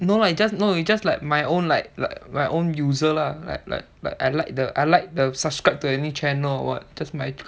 no lah it's no it's just like my own like like my own user lah like like like I like the I like the I subscribe to any channel or what